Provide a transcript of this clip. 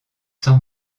sans